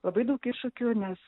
labai daug iššūkių nes